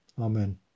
Amen